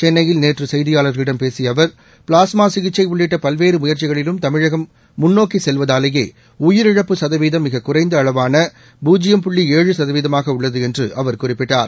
சென்னையில் நேற்றுசெய்தியாளர்களிடம் பேசியஅவர் பிளாஸ்மாசிகிச்சைஉள்ளிட்டபல்வேறுமுயற்சிகளிலும் தமிழகம் முன்னோக்கிசெல்வதாலேயேஉயிரிழப்பு சதவீதம் மிககுறைந்தஅளவான பூஜ்ஜியம் புள்ளி ஏழு சதவீதமாகஉள்ளதுஎன்றும்அவர் குறிப்பிட்டார்